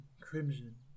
crimson